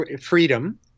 freedom